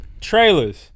Trailers